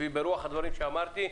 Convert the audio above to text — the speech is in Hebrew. ברוח הדברים שאמרתי.